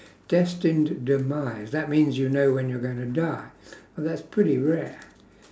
destined demise that means you know when you're gonna die well that's pretty rare